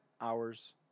hours